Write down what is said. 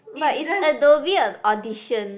but it's Adobe uh edition